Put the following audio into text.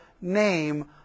name